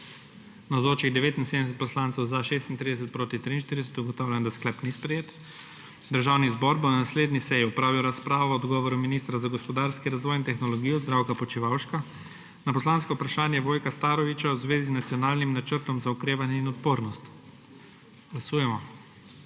43. (Za je glasovalo 36.) (Proti 43.) Ugotavljam, da sklep ni sprejet. Državni zbor bo na naslednji seji opravil razpravo o odgovoru ministra za gospodarski razvoj in tehnologijo Zdravka Počivalška na poslansko vprašanje Vojka Starovića v zvezi z nacionalnim načrtom za okrevanje in odpornost. Glasujemo.